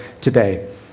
today